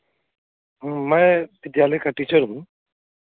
मैं विद्यालय का टीचर हूँ